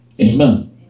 Amen